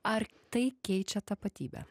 ar tai keičia tapatybę